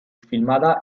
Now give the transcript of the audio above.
filmada